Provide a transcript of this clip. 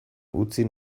utzi